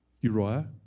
Uriah